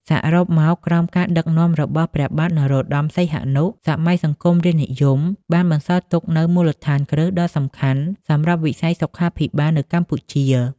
សរុបមក ក្រោមការដឹកនាំរបស់ព្រះបាទនរោត្តម សីហនុ សម័យសង្គមរាស្រ្តនិយមបានបន្សល់ទុកនូវមូលដ្ឋានគ្រឹះដ៏សំខាន់សម្រាប់វិស័យសុខាភិបាលនៅកម្ពុជា។